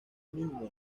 mínimo